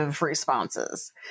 Responses